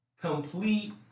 complete